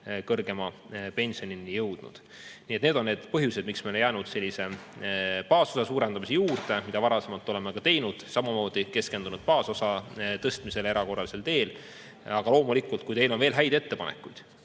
kõrgema pensionini jõudnud. Need on need põhjused, miks me oleme jäänud baasosa suurendamise juurde, mida me ka varasemalt oleme teinud, samamoodi oleme keskendunud baasosa tõstmisele erakorralisel teel. Aga loomulikult, kui teil on veel häid ettepanekuid